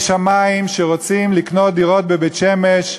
שמים שרוצים לקנות דירות בבית-שמש,